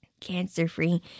cancer-free